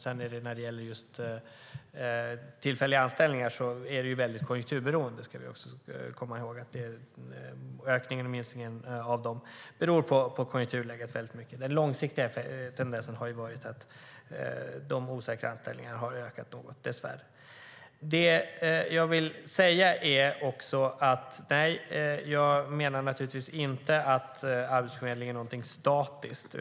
Sedan ska vi komma ihåg att tillfälliga anställningar är väldigt konjunkturberoende. Ökningen och minskningen av dem beror mycket på konjunkturläget. Tendensen är dess värre att de osäkra anställningarna ökar något. Jag menar givetvis inte att Arbetsförmedlingen är något statiskt.